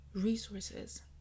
resources